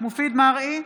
מופיד מרעי,